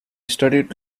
studied